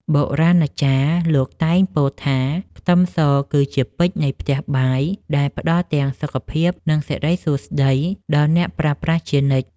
បុរាណាចារ្យលោកតែងពោលថាខ្ទឹមសគឺជាពេជ្រនៃផ្ទះបាយដែលផ្តល់ទាំងសុខភាពនិងសិរីសួស្តីដល់អ្នកប្រើប្រាស់ជានិច្ច។